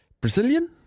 Brazilian